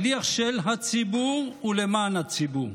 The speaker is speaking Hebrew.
שליח של הציבור ולמען הציבור.